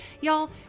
y'all